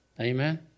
Amen